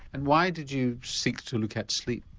and why did you seek to look at sleep?